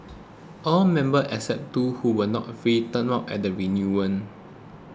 all members except two who were not free turned up at the reunion